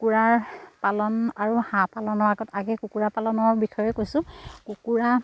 কুকুুৰাৰ পালন আৰু হাঁহ পালনৰ আগত আগে কুকুৰা পালনৰ বিষয়ে কৈছোঁ কুকুৰা